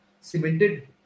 cemented